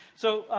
so,